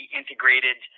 integrated